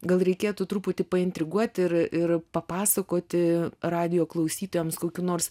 gal reikėtų truputį intriguoti ir ir papasakoti radijo klausytojams kokių nors